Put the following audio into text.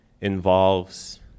involves